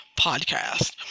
podcast